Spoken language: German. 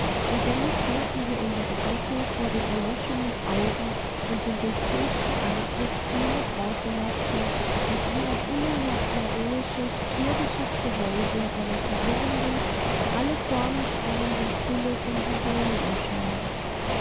und dennoch senken wir unsere blicke vor den erloschenen augen und dem durchfurchten antlitz jener bronzemaske das wie ein unerhört heroisches irdisches gehäuse einer verwirrenden alle formen sprengenden fülle von visionen erscheint